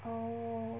orh